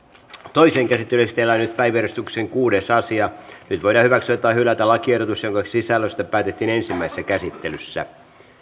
toiseen käsittelyyn esitellään päiväjärjestyksen kuudes asia nyt voidaan hyväksyä tai hylätä lakiehdotus jonka sisällöstä päätettiin ensimmäisessä käsittelyssä